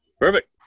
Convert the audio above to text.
Perfect